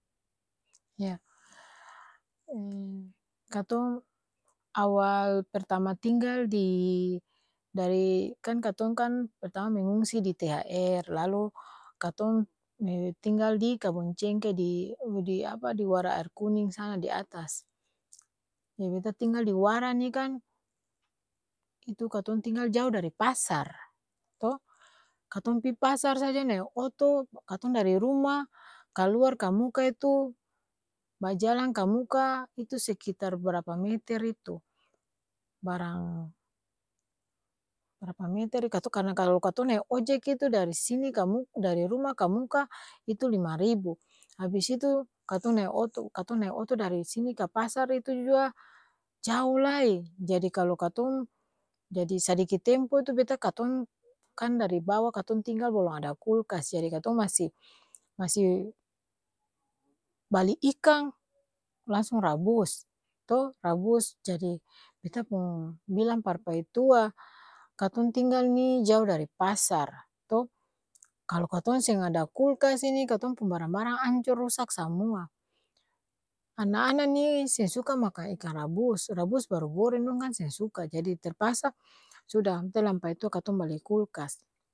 Y katong awal pertama tinggal di dari kan katong kan pertama mengungsi di thr, lalu katong tinggal di kabong cengke di apa? Di wara aer kuning sana di atas, jadi beta tinggal di wara ni kaan, itu katong tinggal jao dari pasar, to katong pi pasar saja nae oto, katong dari ruma, kaluar ka muka itu, bajalang kamuka itu sekitar barapa meter itu? Barang barapa meter karna kalo katong nae ojek itu dari sini kamuk, dari ruma ka muka, itu lima ribu, habis itu, katong nae oto, katong nae oto dari sini ka pasar itu jua, jao lae jadi kalo katong, jadi sadiki tempo itu beta katong, kan dari bawa katong tinggal balong ada kulkas, jadi katong masi, masi bali ikang, langsung rabus, to rabus jadi, beta pung bilang par paitua katong tinggal ni jao dari pasar to, kalo katong seng ada kulkas ini katong pung barang-barang ancor rusak samua ana-ana ni'e seng suka makang ikang rabus, rabus baru goreng dong kan seng suka, jadi terpaksa suda b'ta bilang paitua katong bali kulkas.